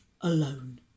alone